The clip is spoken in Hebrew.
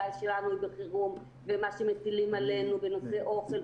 שלנו היא בחירום במה שמטילים עלינו בנושא אוכל,